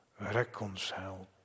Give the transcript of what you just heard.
reconciled